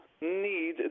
need